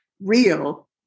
real